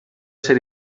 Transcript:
ser